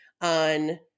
on